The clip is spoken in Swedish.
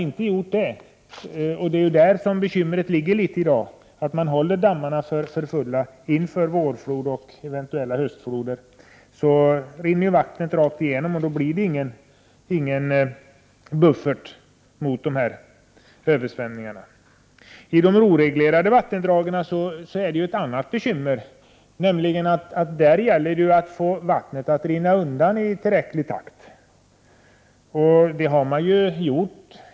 En del av bekymret i dag beror just på att dammarna hålls för fulla inför vårflod och eventuella höstfloder. Då rinner vattnet rakt igenom, och dammarna blir inte någon buffert mot översvämningarna. I de oreglerade vattendragen är bekymret ett annat. Där gäller det att få vattnet att rinna undan i tillräckligt snabb takt.